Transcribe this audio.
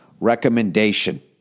recommendation